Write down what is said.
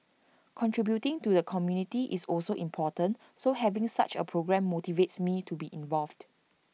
contributing to the community is also important so having such A programme motivates me to be involved